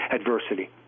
adversity